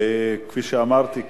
כפי שאמרתי קודם,